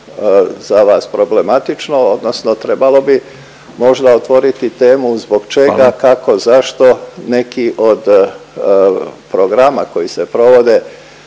za vas problematično odnosno trebalo bi možda otvoriti temu zbog čega… …/Upadica Radin: Hvala./… …kako, zašto neki od programa koji se provode